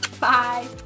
Bye